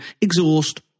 exhaust